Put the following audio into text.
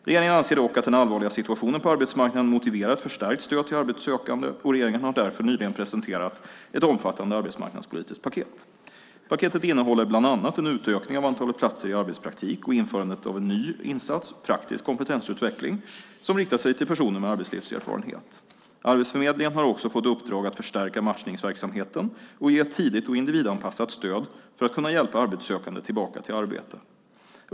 Regeringen anser dock att den allvarliga situationen på arbetsmarknaden motiverar ett förstärkt stöd till arbetssökande. Regeringen har därför nyligen presenterat ett omfattande arbetsmarknadspolitiskt paket. Paketet innehåller bland annat en utökning av antalet platser i arbetspraktik och införandet av en ny insats, praktisk kompetensutveckling, som riktar sig till personer med arbetslivserfarenhet. Arbetsförmedlingen har också fått i uppdrag att förstärka matchningsverksamheten och ge ett tidigt och individanpassat stöd för att kunna hjälpa arbetssökande tillbaka till arbete.